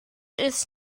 was